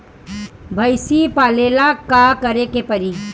भइसी पालेला का करे के पारी?